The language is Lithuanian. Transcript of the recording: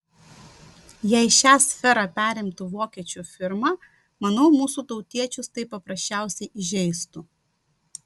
jei šią sferą perimtų vokiečių firma manau mūsų tautiečius tai paprasčiausiai įžeistų